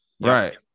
Right